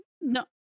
No